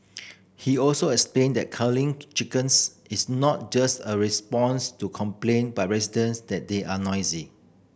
he also explained that culling to chickens is not just a response to complaint by residents that they are noisy